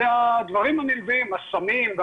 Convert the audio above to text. הדברים הנלווים כמו הסמים,